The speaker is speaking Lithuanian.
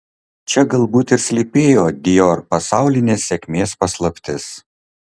čia galbūt ir slypėjo dior pasaulinės sėkmės paslaptis